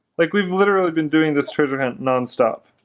like we've literally been doing this treasure hunt non-stop